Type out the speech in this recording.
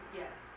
yes